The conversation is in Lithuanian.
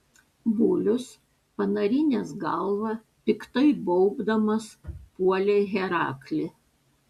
bulius panarinęs galvą piktai baubdamas puolė heraklį